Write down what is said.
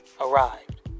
arrived